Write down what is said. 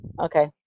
Okay